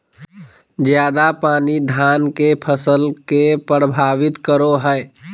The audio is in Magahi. ज्यादा पानी धान के फसल के परभावित करो है?